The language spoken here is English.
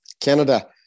Canada